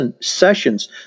Sessions